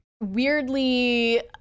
weirdly